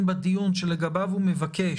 בהמשך לשיח שהיה פה קודם לכן לגבי קטינים,